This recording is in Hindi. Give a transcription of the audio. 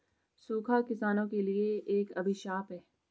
सूखा किसानों के लिए एक अभिशाप है